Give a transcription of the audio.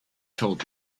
told